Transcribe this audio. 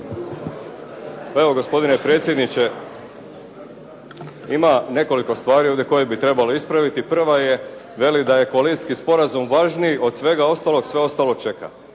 Pa evo gospodine predsjedniče ima nekoliko stvari koje bi ovdje trebalo ispraviti. Prva je veli da je kolinski sporazum važniji od svega ostalog, sve ostalo čeka.